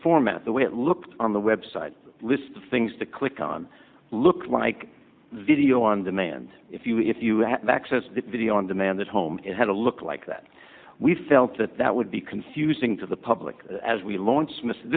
format the way it looked on the web site lists of things to click on looks like video on demand if you if you have access to video on demand at home it had a look like that we felt that that would be confusing to the public as we launch